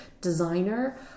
designer